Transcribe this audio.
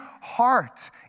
heart